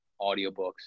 audiobooks